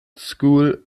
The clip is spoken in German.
school